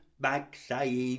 backside